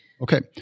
Okay